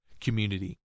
community